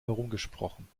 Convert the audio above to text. herumgesprochen